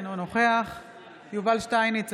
אינו נוכח יובל שטייניץ,